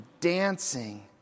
dancing